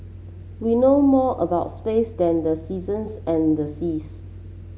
we know more about space than the seasons and the seas